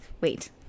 wait